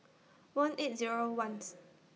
one eight Zero one's